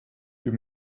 you